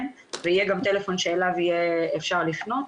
ויהיה גם טלפון שאליו אפשר יהיה לפנות,